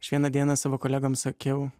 aš vieną dieną savo kolegoms sakiau